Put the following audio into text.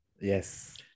Yes